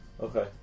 Okay